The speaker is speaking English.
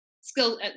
skills